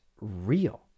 real